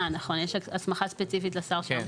אה, נכון, יש הסמכה ספציפית לשר שם.